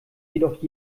jedoch